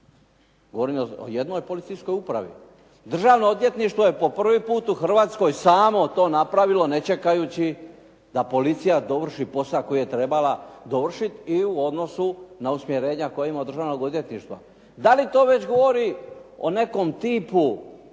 Govorim o jednoj policijskoj upravi. Državno odvjetništvo je po prvi puta u Hrvatskoj samo to napravilo ne čekajući da policija dovrši posao koji je trebala dovršiti i u odnosu na usmjerenja koja ima od Državnog odvjetništva. Dali to već govori o nekom tipu